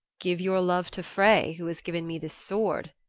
give your love to frey, who has given me this sword,